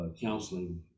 counseling